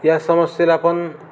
या समस्येला आपण